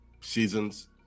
seasons